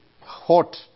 hot